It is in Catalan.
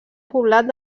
poblat